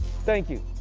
thank you.